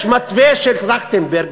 יש מתווה של טרכטנברג,